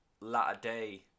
latter-day